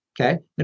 Okay